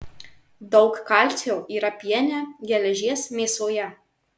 daug kalcio yra piene geležies mėsoje